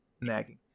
nagging